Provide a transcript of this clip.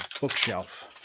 bookshelf